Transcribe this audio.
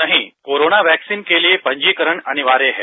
नहीं corona vaccine के लिए ये पंजीकरण अनिवार्य है